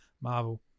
Marvel